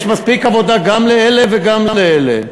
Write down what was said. יש מספיק עבודה גם לאלה וגם לאלה,